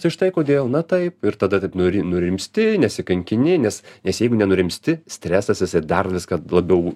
čia štai kodėl na taip ir tada taip nuri nurimsti nesikankini nes nes jeigu ne nurimsti stresas jisai dar viską labiau